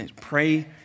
Pray